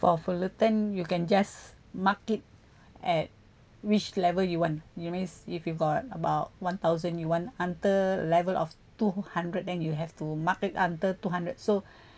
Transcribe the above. for fullerton you can just mark it at which level you want you means if you've got about one thousand you want until level of two hundred then you have to mark it until two hundred so